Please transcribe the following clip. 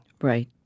Right